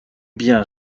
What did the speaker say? bien